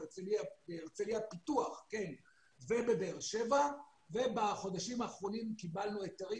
בהרצליה פיתוח ובבאר שבע ובחודשים האחרונים קיבלנו היתרים,